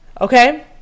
Okay